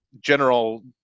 general